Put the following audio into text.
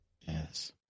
Yes